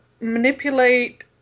manipulate